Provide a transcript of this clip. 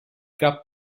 cap